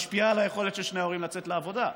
משפיע על היכולת של שני ההורים לצאת לעבודה,